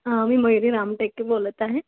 मी मयुरी रामटेके बोलत आहे